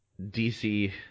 DC